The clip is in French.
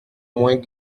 moins